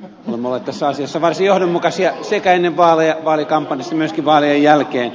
me olemme olleet tässä asiassa varsin johdonmukaisia sekä ennen vaaleja vaalikampanjassa että myöskin vaalien jälkeen